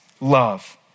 love